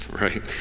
right